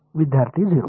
विद्यार्थी 0